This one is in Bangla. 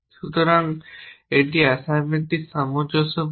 সুতরাং একটি অ্যাসাইনমেন্ট সামঞ্জস্যপূর্ণ